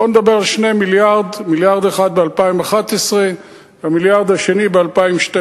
בואו נדבר על 2 מיליארד: מיליארד אחד ב-2011 והמיליארד השני ב-2012.